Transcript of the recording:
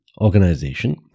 organization